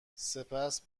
سپس